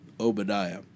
Obadiah